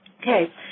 Okay